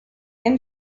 and